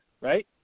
right